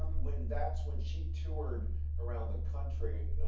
um when, that's when she toured around the country,